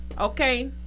Okay